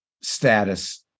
status